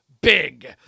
big